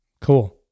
cool